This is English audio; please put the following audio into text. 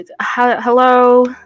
Hello